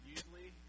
Usually